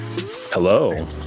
Hello